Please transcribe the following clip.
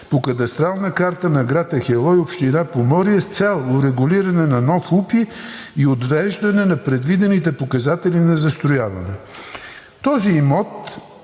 по Кадастрална карта на град Ахелой, община Поморие, с цел урегулиране на нов УПИ и отвеждане на предвидените показатели на застрояване. Този имот